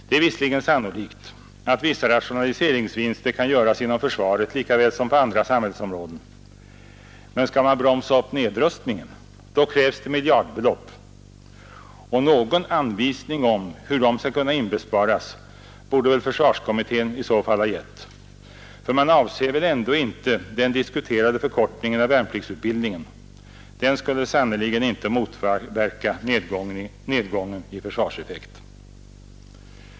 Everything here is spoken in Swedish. Det är visserligen sannolikt att vissa rationaliseringsvinster kan göras inom försvaret lika väl som på andra samhällsområden, men skall man bromsa upp nedrustningen krävs det miljardbelopp och någon anvisning om hur de skall kunna inbesparas borde väl försvarsutredningen i så fall ha gett, för man avser väl ändå inte den diskuterade förkortningen av värnpliktsutbildningen. Den skulle sannerligen inte motverka nedgången i försvarseffekt.